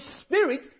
spirit